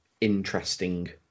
interesting